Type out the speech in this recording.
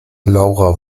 laura